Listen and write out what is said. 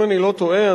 אם אני לא טועה,